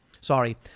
Sorry